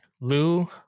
Lou